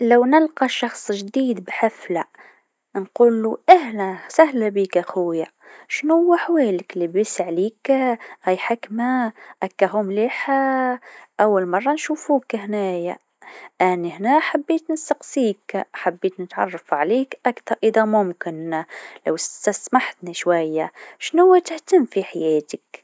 لو تلاقيت مع شخص جديد بحفله نقلو أهلا و سهلا بيك يا خويا شنوة أحوالك؟ لباس عليك؟ أمورك ماشيه؟ اكهو مليح؟ أول مرة نشوفك هنايا، أنا هنا حبيت نسألك، حبيت نتعرف عليك أكثر إذا ممكن لو تسمحلي شويه، شنوه تهتم في حياتك؟